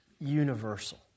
universal